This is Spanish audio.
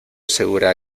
segura